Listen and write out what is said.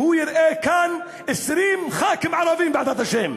כשהוא יראה כאן 20 חברי כנסת ערבים, בעזרת השם.